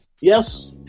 Yes